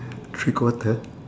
three quarter